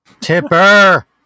Tipper